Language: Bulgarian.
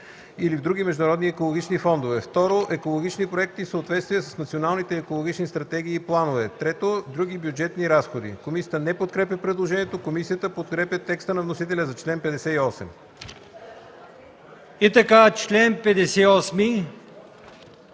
или в други международни екологични фондове; 2. екологични проекти в съответствие с националните екологични стратегии и планове; 3. други бюджетни разходи.” Комисията не подкрепя предложението. Комисията подкрепя текста на вносителя за чл. 58.